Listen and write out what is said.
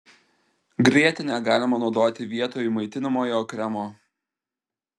grietinę galima naudoti vietoj maitinamojo kremo